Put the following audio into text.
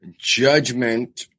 judgment